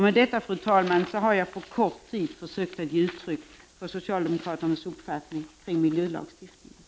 Med detta, fru talman, har jag på kort tid försökt ge uttryck för socialdemokraternas uppfattning i fråga om miljölagstiftningen.